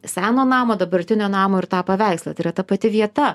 seno namo dabartinio namo ir tą paveikslą tai yra ta pati vieta